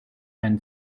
and